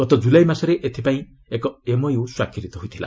ଗତ ଜୁଲାଇ ମାସରେ ଏଥିପାଇଁ ଏକ ଏମ୍ଓୟୁ ସ୍ୱାକ୍ଷରିତ ହୋଇଥିଲା